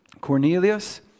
Cornelius